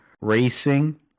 Racing